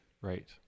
Right